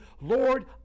Lord